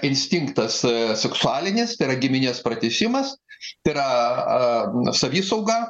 instinktas ė seksualinis tai yra giminės pratęsimas tai yra a savisauga